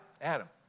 Adam